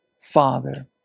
Father